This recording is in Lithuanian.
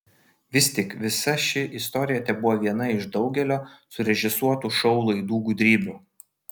vis tik visa ši istorija tebuvo viena iš daugelio surežisuotų šou laidų gudrybių